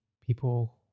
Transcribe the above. people